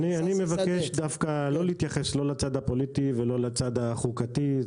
אני מבקש דווקא לא להתייחס לא לצד הפוליטי ולא לצד החוקתי,